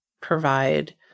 provide